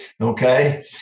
Okay